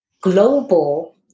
global